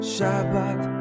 Shabbat